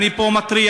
אני פה מתריע,